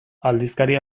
aldizkari